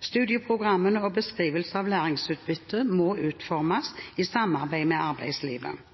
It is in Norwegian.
Studieprogrammene og beskrivelsene av læringsutbytte må utformes i samarbeid med arbeidslivet.